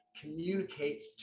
communicate